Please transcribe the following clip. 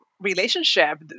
relationship